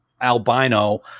albino